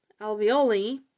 alveoli